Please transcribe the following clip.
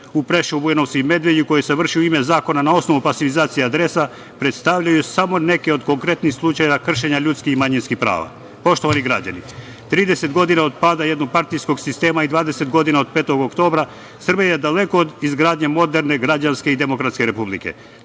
u Preševu, Bujanovcu i Medveđi, koje se vrši u ime zakona na osnovu pasivizacije adresa, predstavljaju samo neke od konkretnih slučajeva kršenja ljudskih i manjinskih prava. Poštovani građani, 30 godina od pada jednopartijskog sistema i 20 godina od 5. oktobra Srbija je daleko od izgradnje moderne, građanske i demokratske Republike.